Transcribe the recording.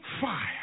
fire